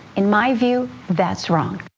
in my view, that's wrong.